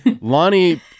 Lonnie